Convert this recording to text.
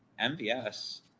MVS